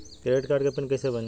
Credit card के pin कैसे बनी?